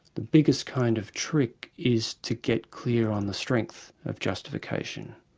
the biggest kind of trick is to get clear on the strength of justification.